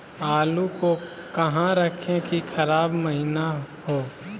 आलू को कहां रखे की खराब महिना हो?